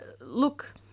look